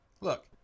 look